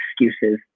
excuses